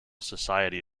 society